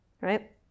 Right